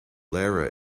lara